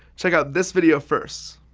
check out this video first.